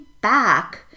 back